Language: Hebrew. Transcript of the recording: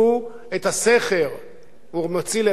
הוא מוציא לרגע אחד את האצבע ואומר: תראו מה קורה.